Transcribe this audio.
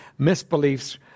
misbeliefs